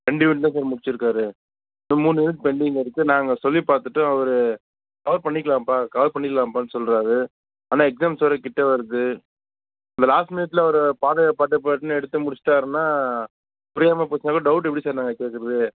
ரெண்டு யூனிட் தான் sir unit முடிச்சுருக்காரு இன்னும் மூணு யூனிட் பெண்டிங்கில் இருக்குது நாங்கள் சொல்லி பார்த்துட்டோம் அவரு கவர் பண்ணிக்கலாம்ப்பா கவர் பண்ணிடலாம்ப்பான்னு சொல்கிறாரு ஆனால் எக்ஸாம்ஸ் வேறு கிட்டே வருது அந்த லாஸ்ட் மினிட்ஸ்சில் அவர்ப் பாடே பட்டுப்பட்டுன்னு எடுத்து முடிச்சுட்டாருன்னா புரியாமல் போயிடுச்சினாலும் டவுட் எப்படி சார் நாங்கள் கேட்குறது